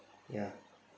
ya